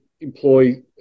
employ